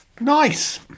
Nice